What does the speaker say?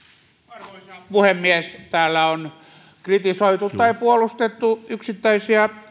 arvoisa puhemies täällä on kritisoitu tai puolustettu yksittäisiä